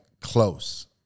close